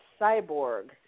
Cyborg